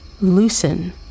loosen